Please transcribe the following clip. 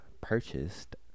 purchased